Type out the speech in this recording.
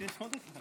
אחר.